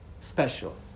special